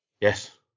Yes